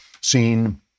seen